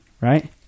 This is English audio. right